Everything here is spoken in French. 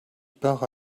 pare